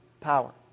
power